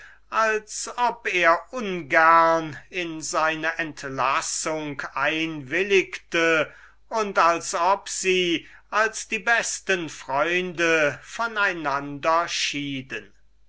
als ob er ungern in seine entlassung einwillige und als ob sie als die besten freunde von einander schieden